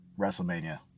WrestleMania